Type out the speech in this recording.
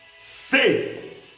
faith